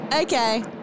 okay